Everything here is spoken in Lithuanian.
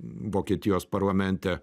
vokietijos parlamente